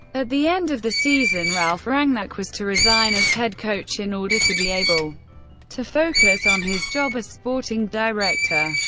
at the end of the season, ralf rangnick was to resign as head coach, in order to be able to focus on his job as sporting director.